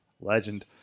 legend